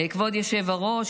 כבוד יושב-הראש,